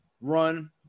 run